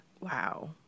Wow